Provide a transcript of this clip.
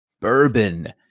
bourbon